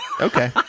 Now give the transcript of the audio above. okay